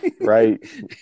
Right